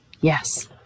yes